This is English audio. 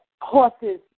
horses